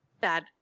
bad